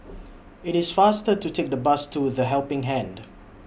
IT IS faster to Take The Bus to The Helping Hand